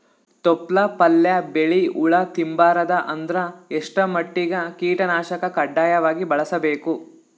ತೊಪ್ಲ ಪಲ್ಯ ಬೆಳಿ ಹುಳ ತಿಂಬಾರದ ಅಂದ್ರ ಎಷ್ಟ ಮಟ್ಟಿಗ ಕೀಟನಾಶಕ ಕಡ್ಡಾಯವಾಗಿ ಬಳಸಬೇಕು?